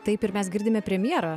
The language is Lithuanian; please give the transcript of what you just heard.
taip ir mes girdime premjerą